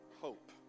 hope